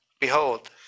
Behold